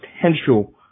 potential